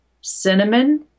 cinnamon